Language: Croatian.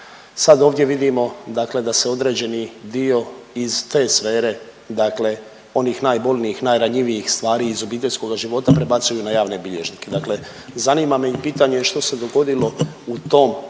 Sad ovdje vidimo dakle da se određeni dio iz te sfere, dakle onih najbolnijih, najranjivijih stvari iz obiteljskoga života prebacuju na javne bilježnike. Dakle zanima me i pitanje što se dogodilo u tom